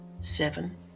Seven